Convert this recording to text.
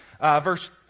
verse